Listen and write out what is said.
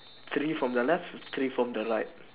three from the left three from the right